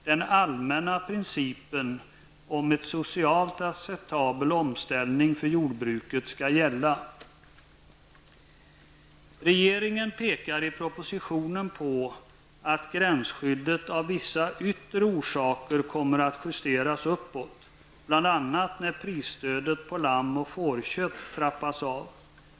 Den allmänna principen om en socialt acceptabel omställning för jordbruket skall gälla. Regeringen pekar i propositionen på att gränsskyddet kommer att få justeras uppåt av vissa yttre orsaker. Det gäller bl.a. när prisstödet på lamm och fårkött trappas av.